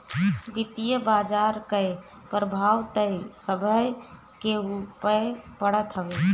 वित्तीय बाजार कअ प्रभाव तअ सभे केहू पअ पड़त हवे